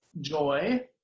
joy